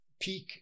peak